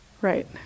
Right